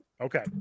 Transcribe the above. okay